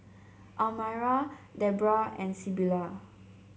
Almyra Debroah and Sybilla